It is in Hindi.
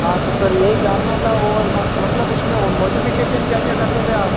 हाँ तो सर यही जानना था और मतलब उसमें वह मॉडिफिकेशन क्या क्या कर दोगे आप